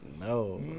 No